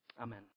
Amen